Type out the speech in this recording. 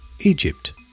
Egypt